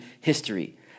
history